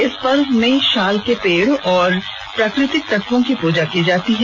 इस पर्व में शाल के पेड़ और प्राकृतिक तत्वों की पूजा की जाती है